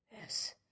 Yes